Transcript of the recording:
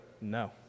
No